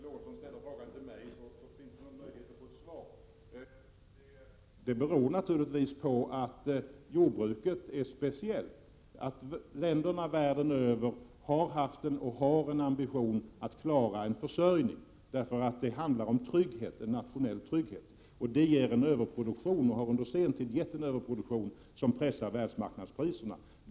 Fru talman! Det är väl bättre att Sven Eric Lorentzon ställer frågan till mig, så att det finns möjlighet att få ett svar. Det beror naturligtvis på att jordbruket är speciellt, eftersom länderna världen över har och har haft en ambition att klara sin försörjning. Det handlar om en nationell trygghet. Detta leder till en överproduktion och har under senare tid lett till en överproduktion som pressar världsmarknadspriserna.